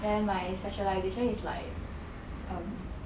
then my specialisation is like um